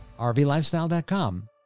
RVLifestyle.com